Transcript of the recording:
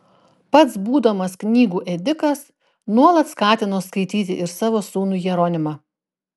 pats būdamas knygų ėdikas nuolat skatino skaityti ir savo sūnų jeronimą